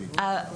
והיו התעללויות.